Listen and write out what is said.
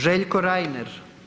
Željko Reiner.